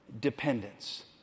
Dependence